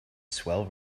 swell